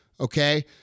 okay